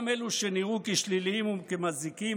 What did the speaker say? גם אלו שנראו כשליליים וכמזיקים,